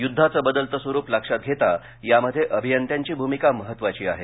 युद्धांचं बदलतं स्वरूप लक्षात घेता यामध्ये अभियंत्यांची भूमिका महत्वाची आहे